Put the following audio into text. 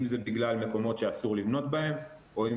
אם זה בגלל מקומות שאסור לבנות בהם או אם